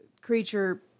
creature